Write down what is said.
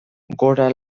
gora